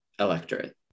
electorate